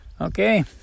Okay